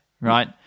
right